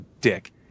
dick